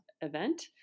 event